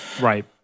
Right